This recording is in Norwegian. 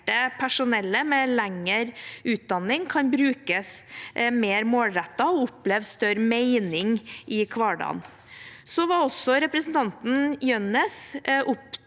personellet med lengre utdanning kan brukes mer målrettet og oppleve større mening i hverdagen. Representanten Jønnes var opptatt